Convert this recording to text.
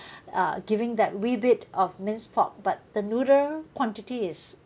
uh giving that wee bit of minced pork but the noodle quantity is